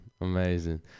amazing